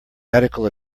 medical